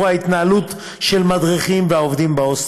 ההתנהלות של המדריכים והעובדים בהוסטל.